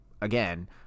again—